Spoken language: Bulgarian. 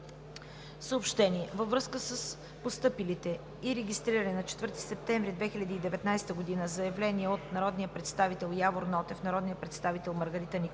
във връзка с постъпилите и регистрираните на 4 септември 2019 г. заявления от народния представител Явор Нотев, народния представител Маргарита Николова,